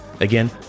Again